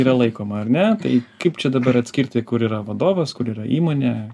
yra laikoma ar ne tai kaip čia dabar atskirti kur yra vadovas kur yra įmonė